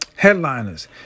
Headliners